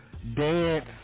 dance